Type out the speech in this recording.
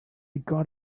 got